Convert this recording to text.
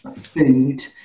food